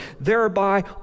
thereby